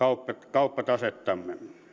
kauppatasettamme